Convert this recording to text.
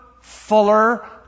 fuller